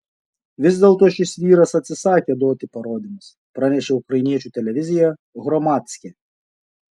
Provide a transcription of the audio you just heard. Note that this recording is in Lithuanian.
vis dėlto šis vyras atsisakė duoti parodymus pranešė ukrainiečių televizija hromadske